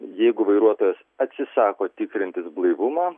jeigu vairuotojas atsisako tikrintis blaivumą